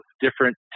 different